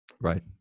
Right